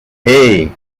hey